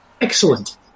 Excellent